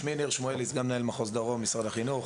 שמי ניר שמואלי, סגן מנהל מחוז דרום, משרד החינוך.